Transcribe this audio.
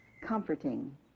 comforting